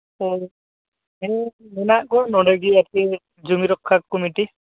ᱦᱮᱸ ᱦᱮᱸ ᱢᱮᱱᱟᱜ ᱠᱚᱣᱟ ᱱᱚᱰᱮ ᱜᱮ ᱟᱨᱠᱤ ᱡᱩᱢᱤ ᱨᱚᱠᱽᱠᱷᱟ ᱠᱩᱢᱤᱴᱤ